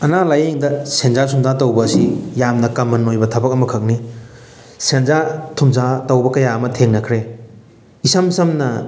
ꯑꯅꯥ ꯂꯥꯏꯌꯦꯡꯗ ꯁꯦꯟꯖꯥ ꯊꯨꯝꯖꯥ ꯇꯧꯕ ꯑꯁꯤ ꯌꯥꯝꯅ ꯀꯃꯟ ꯑꯣꯏꯕ ꯊꯕꯛ ꯑꯃꯈꯛꯅꯤ ꯁꯦꯟꯖꯥ ꯊꯨꯝꯖꯥ ꯇꯧꯕ ꯀꯌꯥ ꯑꯃ ꯊꯦꯡꯅꯈ꯭ꯔꯦ ꯏꯁꯝ ꯁꯝꯅ